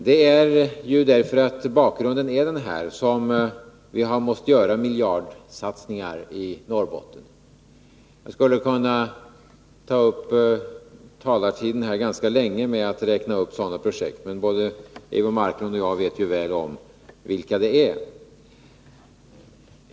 Det är ju därför att bakgrunden är denna som vi har måst göra miljardsatsningar i Norrbotten. Jag skulle kunna ta upp talartiden ganska länge med att räkna upp sådana projekt, men både Eivor Marklund och jag vet ju väl om vilka det är.